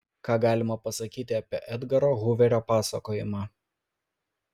ką galima pasakyti apie edgaro huverio pasakojimą